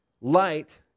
Light